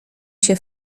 się